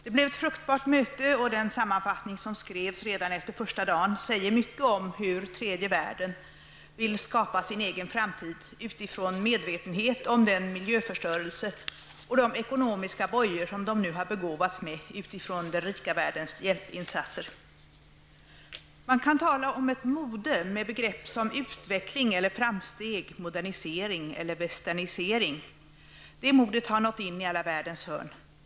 Det blev ett fruktbart möte, och den sammanfattning som skrevs redan efter första dagen säger mycket om hur tredje världen vill skapa sin egen framtid utifrån medvetenhet om den miljöförstörelse och de ekonomiska bojor, som de nu har begåvats med utifrån den rika världens hjälpinsatser. Man kan tala om ett mode med begrepp som eller ''westernisering''. Det modet har nu nått in i alla världens hörn.